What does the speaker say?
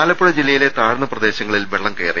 ആലപ്പുഴ ജില്ലയിലെ താഴ്ന്ന പ്രദേശങ്ങളിൽ വെള്ളം കയറി